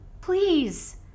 Please